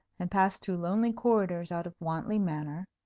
and passed through lonely corridors out of wantley manor,